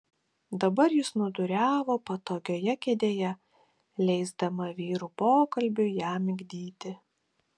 dabar ji snūduriavo patogioje kėdėje leisdama vyrų pokalbiui ją migdyti